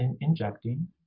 injecting